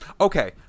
okay